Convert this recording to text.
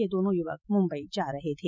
ये दोनों युवक मुंबई जा रहे थे